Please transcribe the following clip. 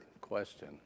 question